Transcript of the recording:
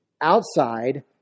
outside